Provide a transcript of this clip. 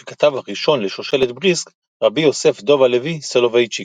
שכתב הראשון לשושלת בריסק - רבי יוסף דוב הלוי סולובייצ'יק.